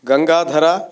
Gangadhara